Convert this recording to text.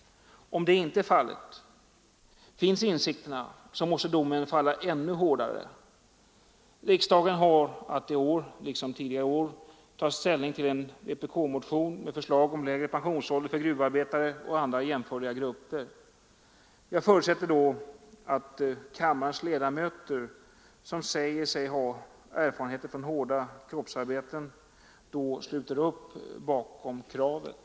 Finns insikterna så måste domen falla ännu hårdare. Riksdagen har att i år liksom tidigare år ta ställning till en vpk-motion med förslag om lägre pensionsålder för gruvarbetare och andra jämförliga grupper. Jag förutsätter att de av kammarens ledamöter som säger sig ha erfarenheter från hårda kroppsarbeten då sluter upp bakom kravet.